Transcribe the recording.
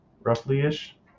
roughly-ish